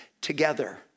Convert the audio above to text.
together